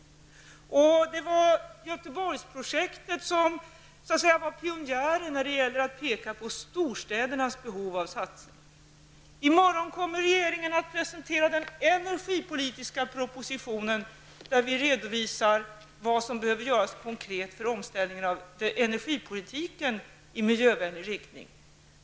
Det var Göteborgsprojektet som så att säga var pionjären i fråga om att peka på storstädernas behov av satsningar. I morgon kommer regeringen att presentera den energipolitiska propositionen, där vi redovisar vad som konkret behöver göras när det gäller omställningen av energipolitiken i miljövänlig riktning.